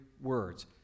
words